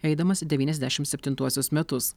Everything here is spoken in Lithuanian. eidamas devyniasdešim septintuosius metus